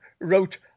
wrote